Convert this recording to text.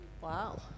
Wow